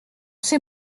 ces